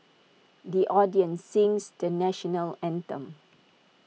the audience sings the National Anthem